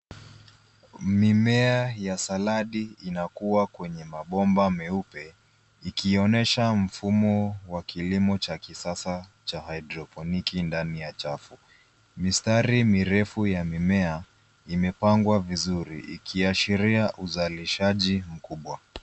Mimea ya saladi inakua kwenye mabomba meupe ikionyesha mfumo wa kilimo cha kisasa cha hidroponiki ndani ya chafu. Mistari mirefu ya mimea imepangwa vizuri ikiashiria uzalishaji mkubwa.